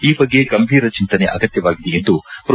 ಈ ಬಗ್ಗೆ ಗಂಭೀರ ಚಿಂತನೆ ಅಗತ್ತವಾಗಿದೆ ಎಂದು ಪ್ರೊ